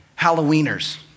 Halloweeners